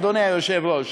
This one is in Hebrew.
אדוני היושב-ראש,